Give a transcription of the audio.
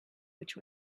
which